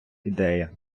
ідея